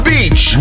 Beach